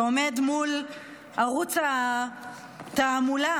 שעומד מול ערוץ התעמולה